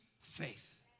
faith